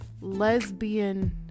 lesbian